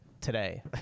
today